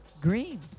green